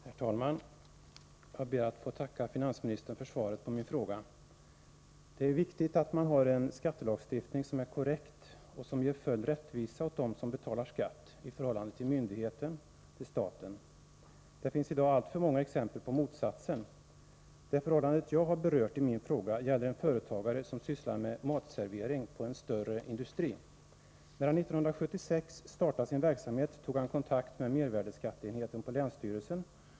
Herr talman! Jag ber att få tacka finansministern för svaret på min fråga. Det är viktigt att skattelagstiftningen är korrekt och ger full rättvisa åt dem som betalar skatt — i förhållande till myndigheten, till staten. Det finns dock i dag alltför många exempel på motsatsen. Min fråga gäller en företagare som har en matservering på en större industri. År 1976 startade han sin verksamhet. Han tog då kontakt med mervärdeskatteenheten på länsstyrelsen.